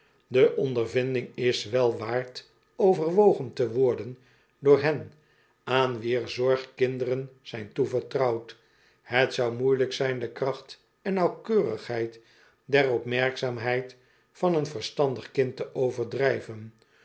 de ondervinding is wel waard overwogen te worden door hen aan wier zorg kinderen zijn toevertrouwd het zou moeielijk zijn de kracht en nauwkeurigheid der opmerkzaamheid van een verstandig kind te overdrijven